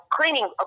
cleaning